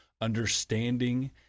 understanding